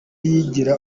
yigira